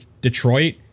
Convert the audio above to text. Detroit